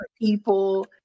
people